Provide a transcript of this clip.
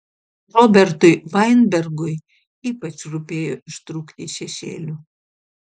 robertui vainbergui ypač rūpėjo ištrūkti iš šešėlių